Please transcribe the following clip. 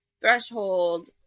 threshold